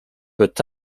peut